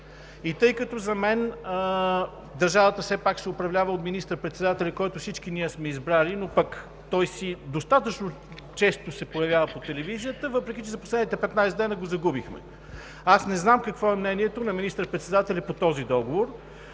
много важен. За мен държавата все пак се управлява от министър-председателя, който всички ние сме избрали. Той достатъчно често се появява по телевизията, въпреки че за последните 15 дни го загубихме. Не знам какво е мнението на министър-председателя по този договор,